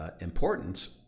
importance